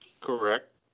Correct